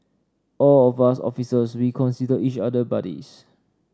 all of us officers we consider each other buddies